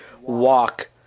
walk